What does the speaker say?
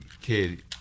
kid